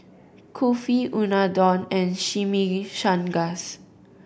Kulfi Unadon and Chimichangas